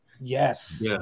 Yes